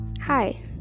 Hi